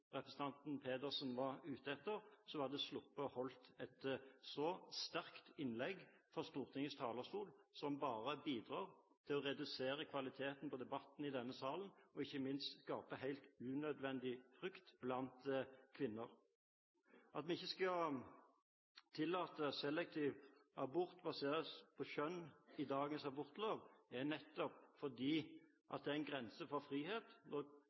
representanten Pedersen var ute etter, så hadde hun sluppet å holde et så sterkt innlegg fra Stortingets talerstol, som bare bidrar til å redusere kvaliteten på debatten i denne salen og ikke minst skaper helt unødvendig frykt blant kvinner. At vi ikke skal tillate selektiv abort, basert på kjønn, i dagens abortlov, er nettopp fordi det er en grense for frihet,